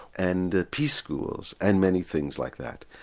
and peace schools and many things like that.